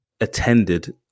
attended